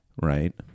Right